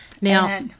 now